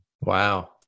Wow